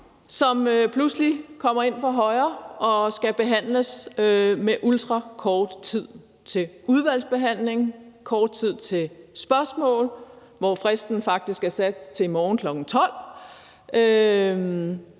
som pludselig kommer ind fra højre, og hvor der er ultrakort tid til udvalgsbehandlingen og kort tid til spørgsmål, hvor fristen faktisk er sat til i morgen kl. 12.